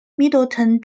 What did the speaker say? middleton